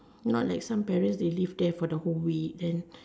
not like some parents they leave them for the whole week then